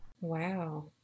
Wow